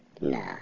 nah